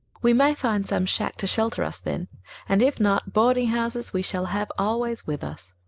we may find some shack to shelter us then and if not, boardinghouses we shall have always with us.